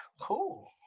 cool